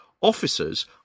Officers